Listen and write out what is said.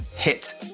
hit